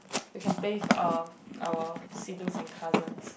we can play with uh our siblings and cousins